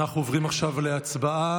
אנחנו עוברים עכשיו להצבעה.